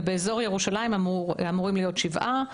באזור ירושלים אמורים להיות שבעה,